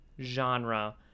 genre